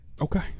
Okay